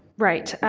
right,